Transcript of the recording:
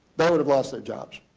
but sort of lost their jobs.